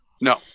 No